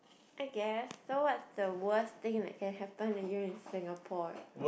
I guess so what's the worst thing that can happen to you in Singapore